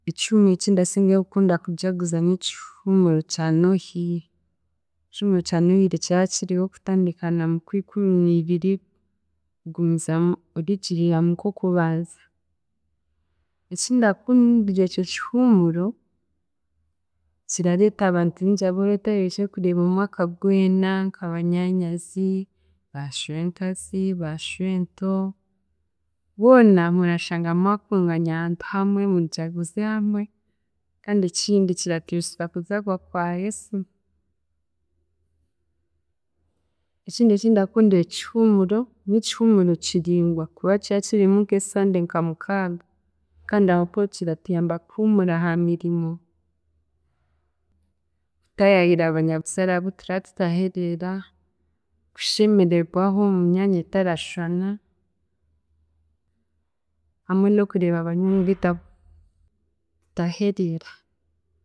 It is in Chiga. Ekihuumuro eki ndasingayo kukunda kujaguza n'ekihuumuro kya Nohiri. Ekihuumuro kya Nohiri kira kiriho okutandika na mu Kwikuminiibiri kugumizamu oriigirira mu Kwokubanza. Ekindakundira ekyo kihuumuro kirareeta abantu bingi aboraba otahererukire kureeba omwaka gwena nka banyaanyazi, ba shwenkazi, ba shwento boona murashanga mwakungaanya ahantu hamwe, mujaguze hamwe kandi ekindi kiratwijusa kuzaagwa kwa Yesu. Ekindi ekindakundira eki kihuumuro, nikihuumuro kiringwa kuba kira kirimu nk'esande nka mukaaga kandi aho mpaho kiratuyamba kuhuumura aha mirimo, kutaayaayira abanyabuzaare abu tura tutahereera, kushemeregwaho mu myanya etarashwana hamwe n'okureeba banywani bitu abu tutahereera.